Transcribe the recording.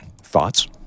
Thoughts